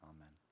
Amen